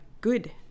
good